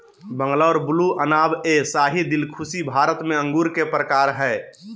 Bangalore blue, अनाब ए शाही, दिलखुशी भारत में अंगूर के प्रकार हय